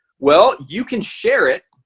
well, you can share it